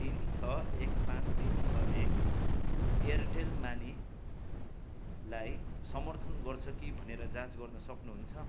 तिन छ एक पाँच तिन छ ले एयरटेल मानीलाई समर्थन गर्छ कि भनेर जाँच गर्न सक्नुहुन्छ